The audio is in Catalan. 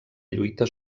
lluita